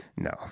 No